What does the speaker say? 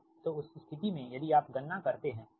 तो उस स्थिति में यदि आप गणना करते हैंठीक